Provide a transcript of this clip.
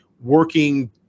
working